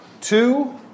two